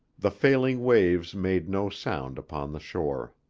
the failing waves made no sound upon the shore.